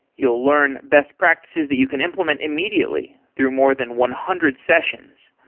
you'll learn best practices that you can implement immediately through more than one hundred sessions.